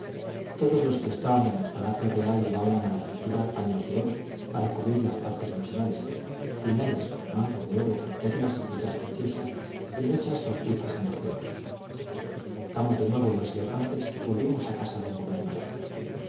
todos los que estaban en el palacio real llevaban a la cintura paños de oro para cubrir las partes naturales puñales con mango de oro con perlas y piedras preciosas y muchas sortijas en los dedos montamos de nuevo en los elefantes y volvimos a casa del gobernador